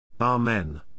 Amen